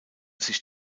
sich